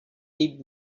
deep